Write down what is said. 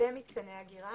ומתקני אגירה.